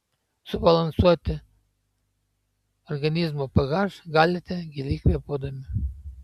subalansuoti organizmo ph galite giliai kvėpuodami